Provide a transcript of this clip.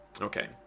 Okay